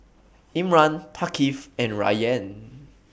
Imran Thaqif and Rayyan